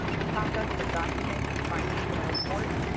a process for documenting findings in a report,